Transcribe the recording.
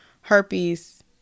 Herpes